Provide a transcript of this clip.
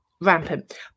rampant